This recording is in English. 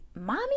Mommy